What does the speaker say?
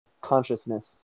consciousness